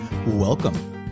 Welcome